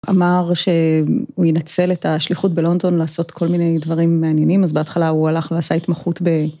אמר שהוא ינצל את השליחות בלונדון לעשות כל מיני דברים מעניינים, אז בהתחלה הוא הלך ועשה התמחות ב...